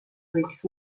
võiks